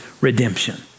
redemption